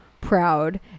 proud